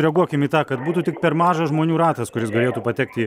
reaguokim į tą kad būtų tik per mažas žmonių ratas kuris galėtų patekti